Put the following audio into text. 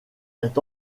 est